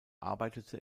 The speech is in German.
arbeitete